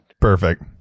Perfect